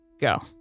Go